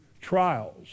trials